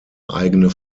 eigene